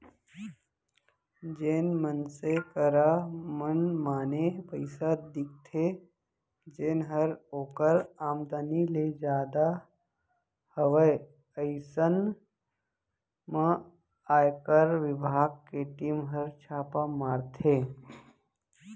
जेन मनसे करा मनमाने पइसा दिखथे जेनहर ओकर आमदनी ले जादा हवय अइसन म आयकर बिभाग के टीम हर छापा मारथे